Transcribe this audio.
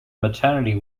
maternity